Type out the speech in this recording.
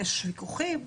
יש ויכוחים,